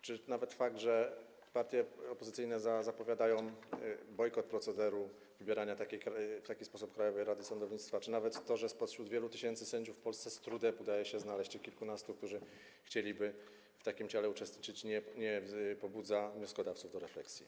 Czy nawet fakt, że partie opozycyjne zapowiadają bojkot procederu wybierania w taki sposób Krajowej Rady Sądownictwa, czy nawet to, że spośród wielu tysięcy sędziów w Polsce z trudem udaje się znaleźć kilkunastu, którzy chcieliby w takim ciele uczestniczyć, nie pobudza wnioskodawców do refleksji?